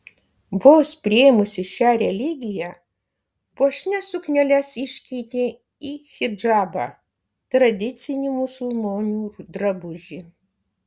vos priėmusi šią religiją puošnias sukneles iškeitė į hidžabą tradicinį musulmonių drabužį